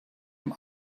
him